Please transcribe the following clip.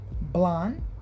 blonde